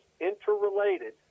interrelated